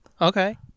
Okay